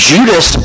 Judas